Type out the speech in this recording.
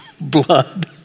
blood